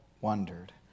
wondered